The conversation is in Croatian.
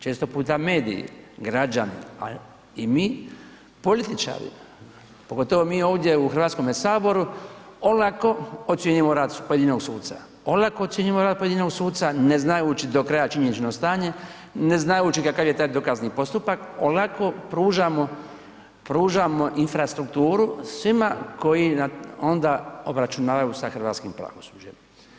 Često puta mediji, građani ali i mi političari, pogotovo mi ovdje u Hrvatskome saboru olako ocjenjujemo rad pojedinog suca, olako ocjenjujemo rad pojedinog suca, ne znajući do kraja činjenično stanje, ne znajući kakav je taj dokazni postupak, olako pružamo infrastrukturu svima koji onda obračunavaju sa hrvatskim pravosuđem.